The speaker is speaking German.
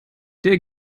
der